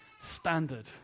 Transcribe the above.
standard